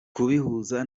kubihuza